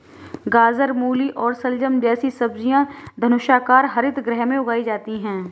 गाजर, मूली और शलजम जैसी सब्जियां धनुषाकार हरित गृह में उगाई जाती हैं